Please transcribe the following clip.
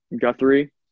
Guthrie